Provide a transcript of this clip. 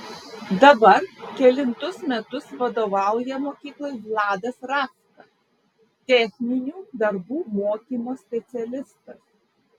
dabar kelintus metus vadovauja mokyklai vladas ravka techninių darbų mokymo specialistas